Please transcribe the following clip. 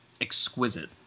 exquisite